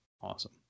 awesome